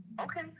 Okay